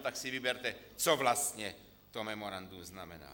Tak si vyberte, co vlastně to memorandum znamená.